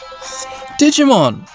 Digimon